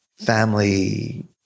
Family